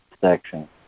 section